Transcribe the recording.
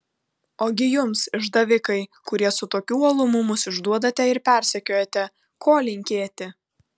ogi jums išdavikai kurie su tokiu uolumu mus išduodate ir persekiojate ko linkėti